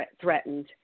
threatened